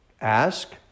Ask